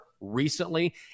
recently